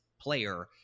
player